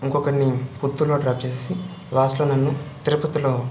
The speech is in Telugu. ఇంకొకడిని కుత్తూర్లో డ్రాప్ చేసి లాస్ట్ లో నన్ను తిరుపతిలో